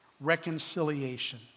Reconciliation